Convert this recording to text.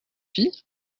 fille